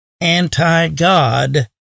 anti-God